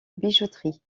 bijouterie